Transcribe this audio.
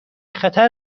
خطر